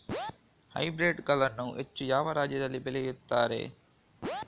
Hybrid ಗಳನ್ನು ಹೆಚ್ಚು ಯಾವ ರಾಜ್ಯದಲ್ಲಿ ಬೆಳೆಯುತ್ತಾರೆ?